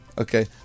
Okay